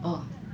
oh